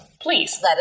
please